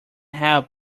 help